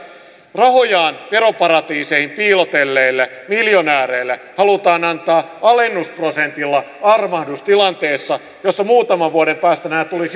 rahojaan veroparatiiseihin piilotelleille miljonääreille halutaan antaa alennusprosentilla armahdus tilanteessa jossa muutaman vuoden päästä nämä tulisivat